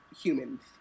humans